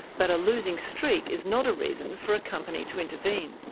but a losing streak is not a reason for a company to intervene.